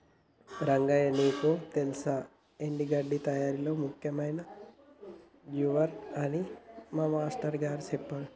రంగయ్య నీకు తెల్సా ఎండి గడ్డి తయారీలో ముఖ్యమైనది మూవర్ అని మా మాష్టారు గారు సెప్పారు